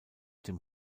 dem